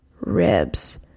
ribs